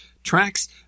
tracks